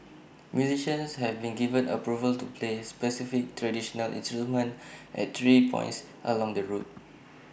musicians have been given approval to play specified traditional instruments at three points along the route